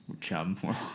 chum